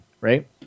right